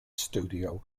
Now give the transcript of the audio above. studio